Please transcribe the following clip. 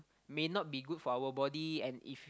may not be good for our body and if